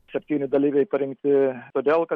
septyni dalyviai parinkti todėl kad